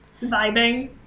vibing